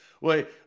Wait